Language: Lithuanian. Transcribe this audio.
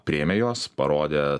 priėmė juos parodė